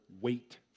wait